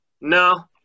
No